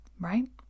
right